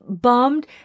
bummed